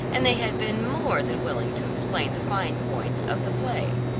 and they had been more than willing to explain the fine points of the play.